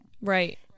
Right